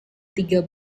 tiga